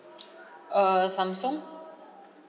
err samsung